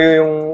yung